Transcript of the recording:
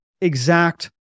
exact